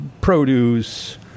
produce